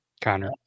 Connor